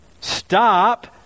Stop